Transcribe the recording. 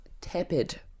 tepid